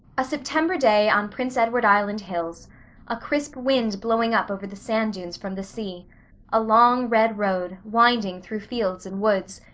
a september day on prince edward island hills a crisp wind blowing up over the sand dunes from the sea a long red road, winding through fields and woods,